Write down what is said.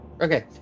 Okay